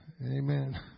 Amen